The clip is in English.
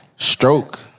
Stroke